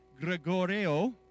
Gregorio